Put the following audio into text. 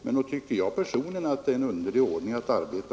Men nog tycker jag personligen att det är ett underligt sätt att arbeta.